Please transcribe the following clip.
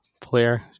player